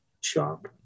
shop